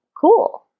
cool